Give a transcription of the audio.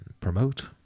promote